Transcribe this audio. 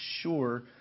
sure